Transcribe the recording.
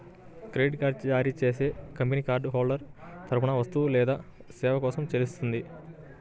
credit card జారీ చేసే company card holder తరపున వస్తువు లేదా సేవ కోసం చెల్లిస్తుంది